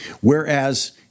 whereas